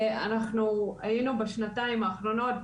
אנחנו היינו בשנתיים האחרונות,